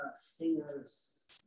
singer's